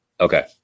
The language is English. Okay